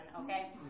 okay